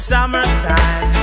Summertime